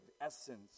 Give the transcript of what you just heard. essence